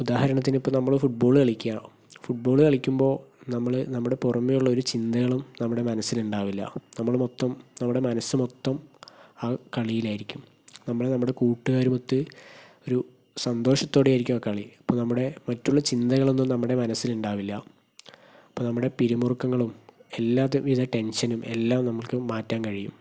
ഉദാഹരണത്തിനിപ്പോൾ നമ്മള് ഫുഡ്ബോൾ കളിക്കുകയാണ് ഫുഡ്ബോൾ കളിക്കുമ്പോൾ നമ്മള് നമ്മുടെ പുറമെ ഉള്ള ഒരു ചിന്തകളും നമ്മുടെ മനസ്സിലുണ്ടാവില്ല നമ്മള് മൊത്തം നമ്മുടെ മനസ്സ് മൊത്തം ആ കളിയിലിലായിരിക്കും നമ്മള് നമ്മുടെ കൂട്ടുകാരുമൊത്ത് ഒരു സന്തോഷത്തോടെയായിരിക്കും ആ കളി അപ്പോൾ നമ്മുടെ മറ്റുള്ള ചിന്തകളൊന്നും നമ്മുടെ മനസിലുണ്ടാവില്ല അപ്പോൾ നമ്മുടെ പിരിമുറുക്കങ്ങളും എല്ലാവിധ ടെൻഷനും എല്ലാം നമ്മൾക്ക് മാറ്റാൻ കഴിയും